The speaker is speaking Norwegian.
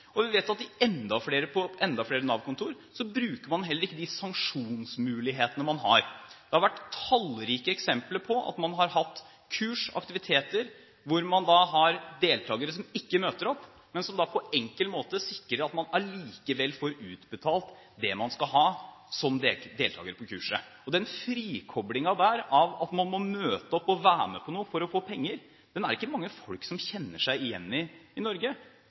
og vi vet at på enda flere Nav-kontorer bruker man ikke de sanksjonsmulighetene man har. Det har vært tallrike eksempler på at man har hatt kurs og aktiviteter hvor man har deltakere som ikke møter opp, men som på en enkel måte sikrer at man allikevel får utbetalt det man skal ha som deltaker på kurset. Den frikoblingen fra å måtte møte opp og være med på noe for å få penger, er det ikke mange folk som kjenner seg igjen i i Norge.